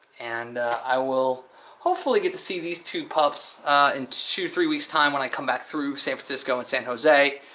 and i will hopefully get to see these two pups in two, three weeks time when i come back through san fransisco, and san jose